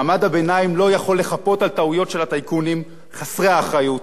מעמד הביניים לא יכול לחפות על טעויות של הטייקונים חסרי האחריות